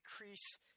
increase